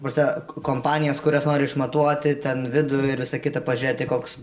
ta prasme kompanijos kurios nori išmatuoti ten vidų ir visą kitą pažiūrėti koks